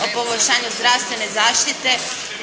o poboljšanju zdravstvene zaštite.